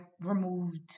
removed